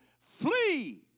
Flee